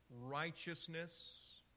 righteousness